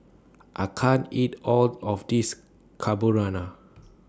I can't eat All of This Carbonara